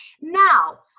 Now